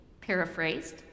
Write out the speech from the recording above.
paraphrased